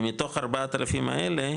ומתוך ה-4,000 האלה,